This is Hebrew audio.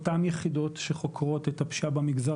אותן יחידות שחוקרות את הפשיעה במגזר